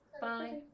Bye